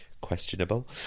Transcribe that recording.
questionable